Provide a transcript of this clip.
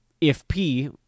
if-P